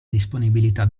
disponibilità